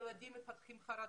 ילדים מפתחים חרדות.